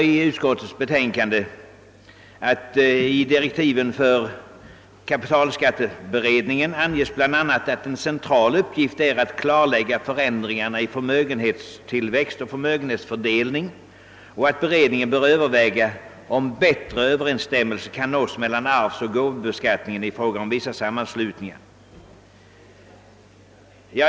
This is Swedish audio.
I utskottets betänkande framhålles också att det i kapitalskatteberedningens direktiv bland annat anges att en central uppgift är att klarlägga förändringarna i förmögenhetstillväxt och förmögenhetsfördelning och att beredningen bör överväga, om bättre överensstämmelse kan nås mellan arvsoch gåvobeskattningen i fråga om vissa sammanslutningar.